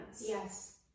Yes